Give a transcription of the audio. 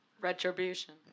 retribution